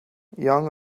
young